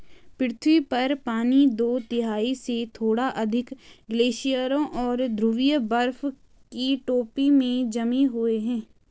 पृथ्वी पर पानी दो तिहाई से थोड़ा अधिक ग्लेशियरों और ध्रुवीय बर्फ की टोपी में जमे हुए है